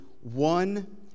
one